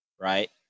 right